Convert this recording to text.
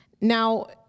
Now